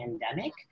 pandemic